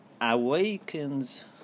awakens